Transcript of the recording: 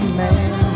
man